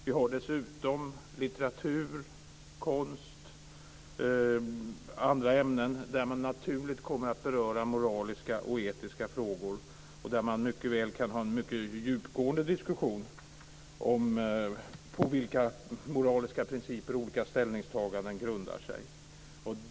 Vi har dessutom litteratur, konst och andra ämnen där man naturligt kommer att beröra moraliska och etiska frågor och där man mycket väl kan ha en djupgående diskussion om på vilka moraliska principer olika ställningstaganden grundar sig.